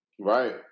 Right